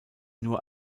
nur